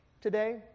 today